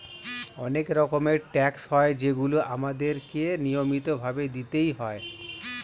অনেক রকমের ট্যাক্স হয় যেগুলো আমাদের কে নিয়মিত ভাবে দিতেই হয়